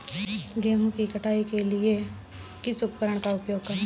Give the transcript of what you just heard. गेहूँ की कटाई करने के लिए किस उपकरण का उपयोग करें?